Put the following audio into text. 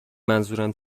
منظورم